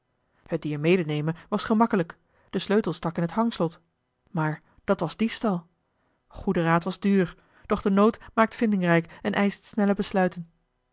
het dier medenemen was gemakkelijk de sleutel stak in het hangslot maar dat was diefstal goede raad was duur doch de nood maakt vindingrijk en eischt snelle besluiten